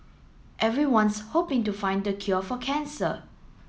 everyone's hoping to find the cure for cancer